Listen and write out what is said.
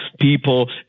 people